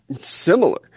Similar